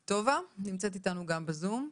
טובה, נמצאת איתנו גם בזום.